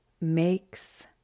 makes